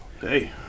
Hey